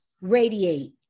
radiate